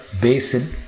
basin